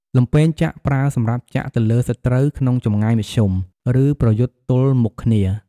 លំពែងចាក់ ប្រើសម្រាប់ចាក់ទៅលើសត្រូវក្នុងចម្ងាយមធ្យម ឬប្រយុទ្ធទល់មុខគ្នា។